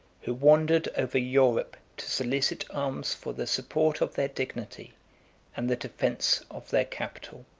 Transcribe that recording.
who wandered over europe to solicit alms for the support of their dignity and the defence of their capital.